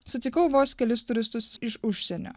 sutikau vos kelis turistus iš užsienio